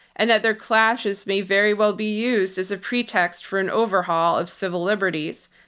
and that their clashes may very well be used as a pretext for an overhaul of civil liberties.